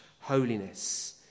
holiness